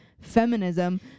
feminism